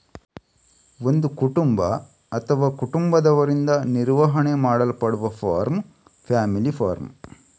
ಒಂದು ಕುಟುಂಬ ಅಥವಾ ಕುಟುಂಬದವರಿಂದ ನಿರ್ವಹಣೆ ಮಾಡಲ್ಪಡುವ ಫಾರ್ಮ್ ಫ್ಯಾಮಿಲಿ ಫಾರ್ಮ್